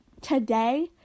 today